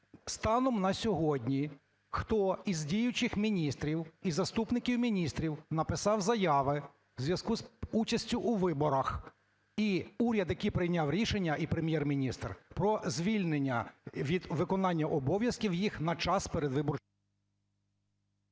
станом на сьогодні хто із діючих міністрів і заступників міністрів написав заяви в зв'язку із участю у виборах і уряд, який прийняв рішення, і Прем'єр-міністр про звільнення від виконання обов'язків їх на час передвибор...